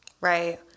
Right